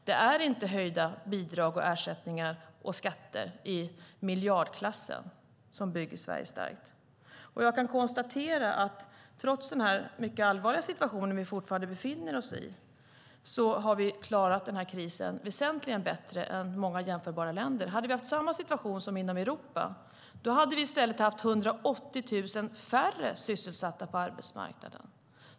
Det är inte höjda bidrag och ersättningar och skatter i miljardklassen som bygger Sverige starkt, och jag kan konstatera att trots den mycket allvarliga situation som vi fortfarande befinner oss i har vi klarat den här krisen väsentligt bättre än många jämförbara länder. Hade vi haft samma situation som inom Europa hade vi haft 180 000 färre sysselsatta på arbetsmarknaden.